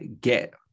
get